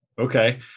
okay